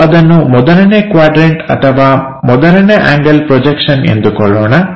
ನಾವು ಅದನ್ನು ಮೊದಲನೇ ಕ್ವಾಡ್ರನ್ಟ ಅಥವಾ ಮೊದಲನೇ ಆಂಗಲ್ ಪ್ರೊಜೆಕ್ಷನ್ ಎಂದುಕೊಳ್ಳೋಣ